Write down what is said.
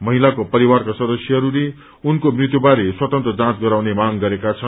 महिलाका परिवारको सदस्यहरूले उनको मृत्यु बारे स्वतन्त्र जाँच गराउने माग गरेका छन्